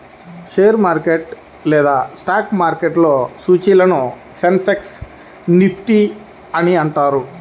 share market లేదా stock మార్కెట్లో సూచీలను సెన్సెక్స్, నిఫ్టీ అని అంటారు